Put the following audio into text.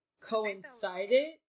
coincided